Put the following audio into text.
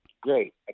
Great